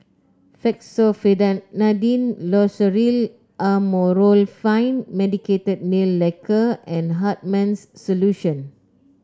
Fexofenadine Loceryl Amorolfine Medicated Nail Lacquer and Hartman's Solution